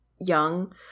young